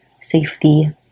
safety